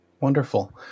Wonderful